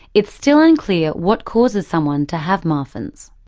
it's still unclear what causes someone to have marfan's.